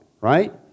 Right